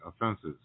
offenses